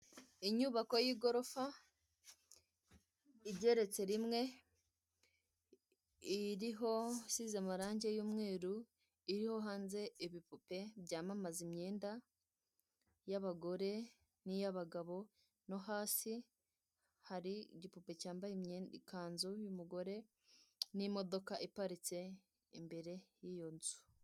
Inyubako y'igorofa igeretse rimwe iriho isize amarange y'umweru iriho hanze ibipupe byamamaza imyenda y'abagore niy'abagabo no hasi hari igipupe cyambaye ikanzu y'umugore n'imodoka iparitse imbere yiyo nzu.